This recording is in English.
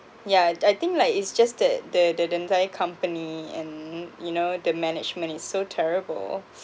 yeah I think like it's just that the the the entire company and you know the management is so terrible